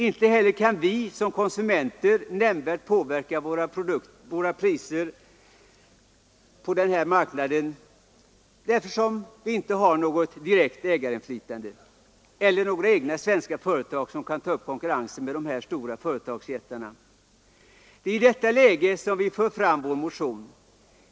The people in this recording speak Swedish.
Inte heller kan vi som konsumenter nämnvärt påverka priserna på denna marknad, eftersom vi inte har något direkt ägarinflytande eller några svenska företag som kan ta upp konkurrensen med de stora företagsjättarna. Det är i detta läge som vi motionärer för fram vår motion.